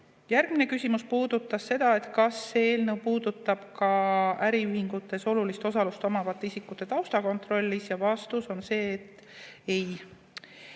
Järgmine küsimus oli, kas see eelnõu puudutab ka äriühingutes olulist osalust omavate isikute taustakontrolli. Vastus oli, et ei.